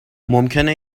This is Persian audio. ممکنه